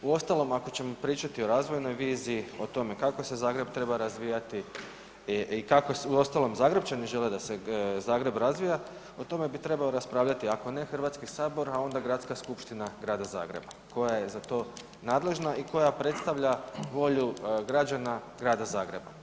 Uostalom, ako ćemo pričati o razvojnoj viziji, o tome kako se Zagreb treba razvijati i kako uostalom Zagrepčani žele da se Zagreb razvija, o tome bi trebao raspravljati, ako ne Hrvatski sabor, a onda Gradska skupština Grada Zagreba koja je za to nadležna i koja predstavlja volju građana Grada Zagreba.